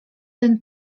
ten